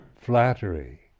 flattery